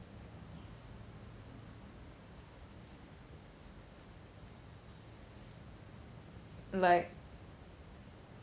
like